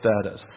status